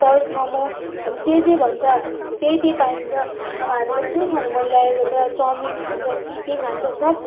pork मम अनि जे जे भन्छ त्यही त्यही पाइन्छ अब हामीलाई के खानु मन लागेको छ चाउमिन खान्छ कि के खान्छ सब टिस्टा